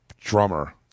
drummer